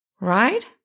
right